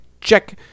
check